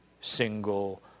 single